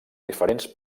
diferents